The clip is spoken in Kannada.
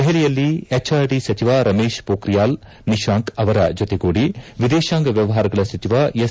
ದೆಹಲಿಯಲ್ಲಿ ಎಚ್ಆರ್ಡಿ ಸಚಿವ ರಮೇಶ್ ಪೋಕ್ರಿಯಾಲ್ ನಿಶಾಂಕ್ ಅವರ ಜೊತೆಗೂಡಿ ಎದೇಶಾಂಗ ವ್ಲವಹಾರಗಳ ಸಚಿವ ಎಸ್